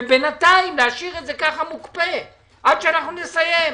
ובינתיים להשאיר את זה ככה עד שאנחנו נסיים.